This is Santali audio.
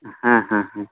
ᱦᱮᱸ ᱦᱮᱸ ᱦᱮᱸ